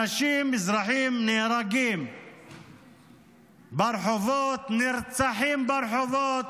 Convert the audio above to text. אנשים, אזרחים, נהרגים ברחובות, נרצחים ברחובות,